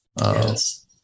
Yes